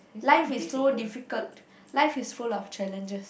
life is so difficult life is full of challenges